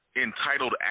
entitled